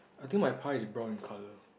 I think my pie is brown in colour